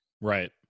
Right